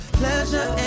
pleasure